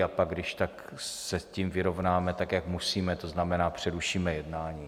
A pak když tak se s tím vyrovnáme, jak musíme, to znamená, přerušíme jednání.